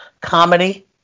comedy